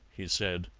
he said.